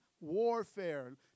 warfare